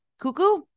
cuckoo